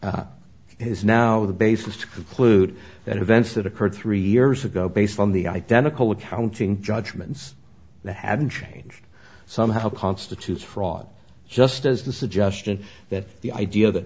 it is now the basis to conclude that events that occurred three years ago based on the identical accounting judgments the haven't changed somehow constitutes fraud just as the suggestion that the idea that